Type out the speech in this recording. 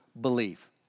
believe